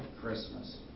Christmas